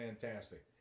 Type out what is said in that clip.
fantastic